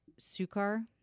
Sukar